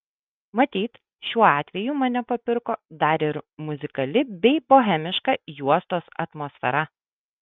matyt šiuo atveju mane papirko dar ir muzikali bei bohemiška juostos atmosfera